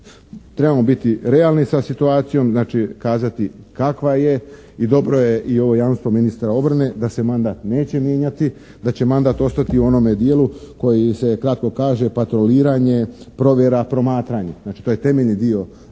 trebamo biti realni sa situacijom. Znači kazati kakva je i dobro je i ovo jamstvo ministra obrane da se mandat neće mijenjati, da će mandat ostati u onome dijelu koji se kratko kaže patroliranje, provjera, promatranje. Znači to je temeljni dio